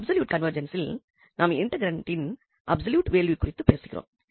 absolute கன்வெர்ஜென்ஸனில் நாம் இன்டெக்ரண்டின் அப்சொல்யூட் வேல்யூ குறித்து பேசுகிறோம்